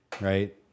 Right